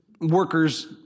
workers